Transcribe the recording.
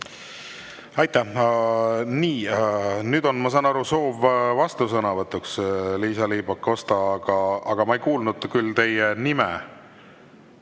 Aitäh! Nii. Nüüd on, ma saan aru, soov vastusõnavõtuks, Liisa-Ly Pakosta. Aga ma ei kuulnud küll teie nime.